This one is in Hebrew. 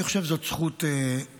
אני חושב שזאת זכות אדירה.